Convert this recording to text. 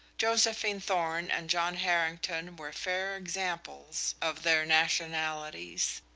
josephine thorn and john harrington were fair examples of their nationalities.